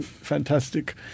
Fantastic